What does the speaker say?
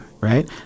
right